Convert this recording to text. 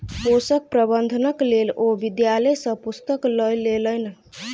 पोषक प्रबंधनक लेल ओ विद्यालय सॅ पुस्तक लय लेलैन